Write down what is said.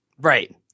Right